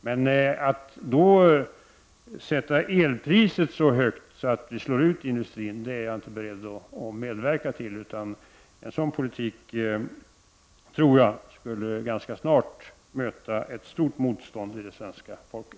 Men att sätta elpriset så högt att det slår ut industrin är jag inte beredd att medverka till. Jag tror att en sådan politik ganska snart skulle möta ett stort motstånd från det svenska folket.